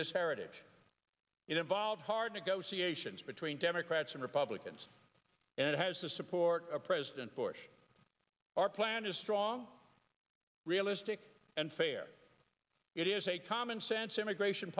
this heritage involve hard negotiations between democrats and republicans and has the support of president bush our plan is strong realistic and fair it is a commonsense immigration